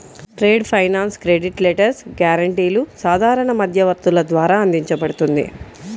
trade finance credit letters, గ్యారెంటీలు సాధారణ మధ్యవర్తుల ద్వారా అందించబడుతుంది